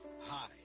Hi